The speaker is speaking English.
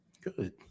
Good